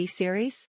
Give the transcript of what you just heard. series